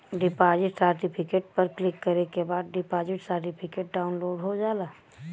deposit certificate पर click करे के बाद डिपॉजिट सर्टिफिकेट डाउनलोड हो जाला